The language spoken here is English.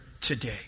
today